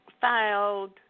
filed